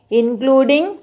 including